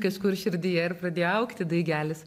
kažkur širdyje ir pradėjo augti daigelis